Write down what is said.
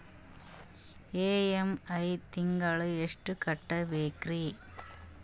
EMI ತಿಂಗಳ ಎಷ್ಟು ಕಟ್ಬಕ್ರೀ?